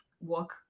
work